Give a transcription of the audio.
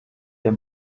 der